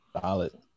solid